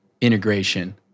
integration